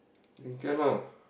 then can ah